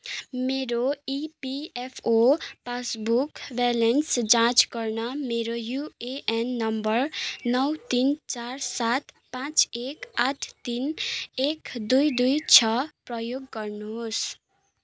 मेरो EPFO passbook balance जाँच गर्न मेरो युएएन नम्बर नौ तिन चार सात पाँच एक आठ तिन एक दुई दुई छ प्रयोग गर्नुहोस्